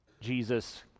Jesus